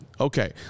Okay